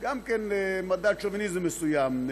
גם כן, מדד שוביניזם מסוים.